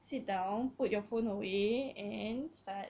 sit down put your phone away and start